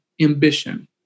ambition